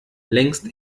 längst